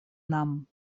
нам